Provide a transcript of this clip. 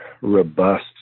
robust